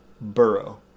Burrow